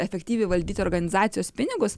efektyviai valdyti organizacijos pinigus